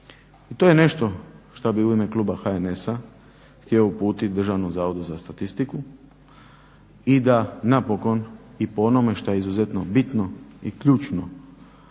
To je nešto što bih u ime kluba HNS-a htio uputiti DZS-u i da napokon i po onome što je izuzetno bitno i ključno